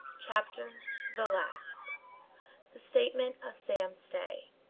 chapter the last the statement of sam stay